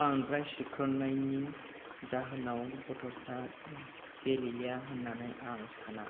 बांद्राय सिपक्रननायनि जाहोनाव गथ'फ्रा गेलेया होननानै आं साना